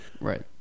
Right